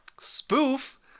spoof